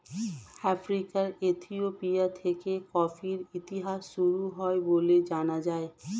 আফ্রিকার ইথিওপিয়া থেকে কফির ইতিহাস শুরু হয় বলে জানা যায়